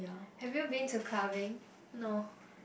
having you been to clubbing